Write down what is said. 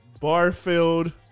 bar-filled